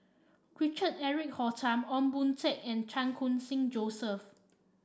Richard Eric Holttum Ong Boon Tat and Chan Khun Sing Joseph